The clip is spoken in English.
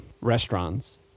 restaurants